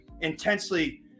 intensely